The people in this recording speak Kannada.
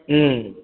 ಹ್ಞೂ